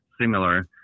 similar